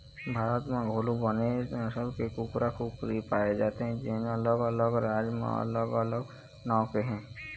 भारत म घलोक बनेच नसल के कुकरा, कुकरी पाए जाथे जेन अलग अलग राज म अलग अलग नांव के हे